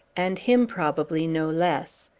and him, probably, no less.